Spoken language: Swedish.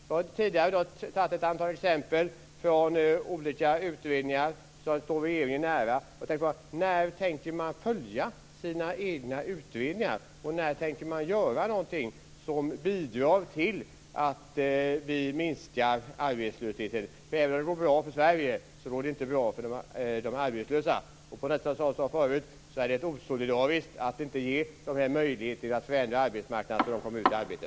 Jag har tidigare i dag tagit upp ett antal exempel från olika utredningar som står regeringen nära. När tänker man följa sina egna utredningar, och när tänker man göra något som bidrar till att vi minskar arbetslösheten? Även om det går bra för Sverige går det inte bra för de arbetslösa. Som jag sade förut är det osolidariskt att inte ge de här människorna möjligheten genom att förändra arbetsmarknaden så att de kommer ut i arbete.